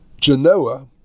Genoa